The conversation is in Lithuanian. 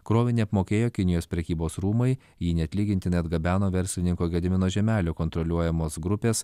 krovinį apmokėjo kinijos prekybos rūmai jį neatlygintinai atgabeno verslininko gedimino žiemelio kontroliuojamos grupės